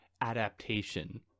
adaptation